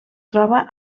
troba